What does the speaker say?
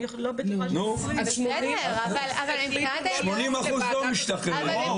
נו, 80% לא משתחררים.